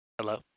Hello